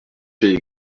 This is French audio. fait